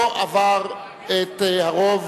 לא קיבלה את הרוב